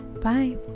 Bye